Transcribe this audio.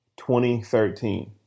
2013